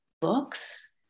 books